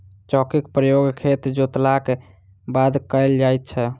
चौकीक प्रयोग खेत जोतलाक बाद कयल जाइत छै